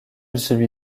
celui